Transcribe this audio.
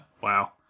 Wow